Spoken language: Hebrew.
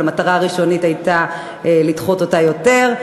אבל המטרה הראשונית שם הייתה לדחות אותה יותר,